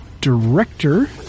director